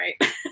right